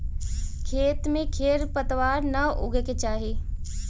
खेत में खेर पतवार न उगे के चाही